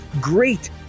great